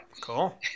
Cool